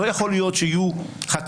לא יכול להיות שיהיו חתיכות-חתיכות.